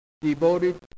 devoted